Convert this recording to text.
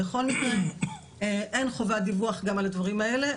בכל מקרה אין חובת דיווח גם על הדברים האלה,